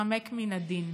להתחמק מן הדין.